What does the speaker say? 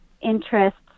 interests